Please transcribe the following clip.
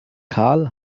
karl